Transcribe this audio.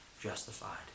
justified